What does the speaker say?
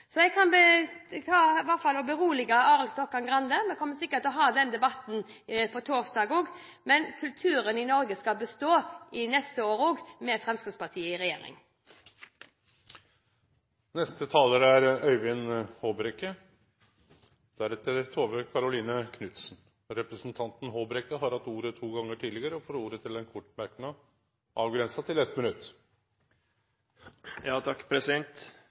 Jeg kan i hvert fall berolige Arild Stokkan-Grande – vi kommer sikkert til å ha denne debatten på torsdag også – med at kulturen i Norge skal bestå de neste årene også, med Fremskrittspartiet i regjering. Representanten Håbrekke har hatt ordet to gonger tidlegare og får ordet til ein kort merknad, avgrensa til